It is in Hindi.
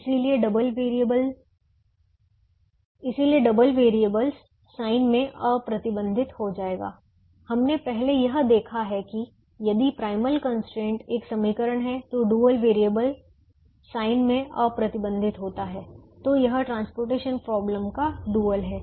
इसलिए डबल वेरिएबल साइन में अप्रतिबंधित हो जाएगा हमने पहले यह देखा है कि यदि प्राइमल कंस्ट्रेंट एक समीकरण है तो डुअल वेरिएबल साइन में अप्रतिबंधित होता है तो यह ट्रांसपोर्टेशन प्रोबलम का डुअल है